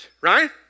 right